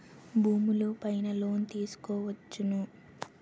భూములు పైన లోన్ తీసుకోవచ్చును